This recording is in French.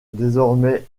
désormais